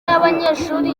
y’abanyeshuri